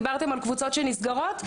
דיברתם על קבוצות שנסגרות,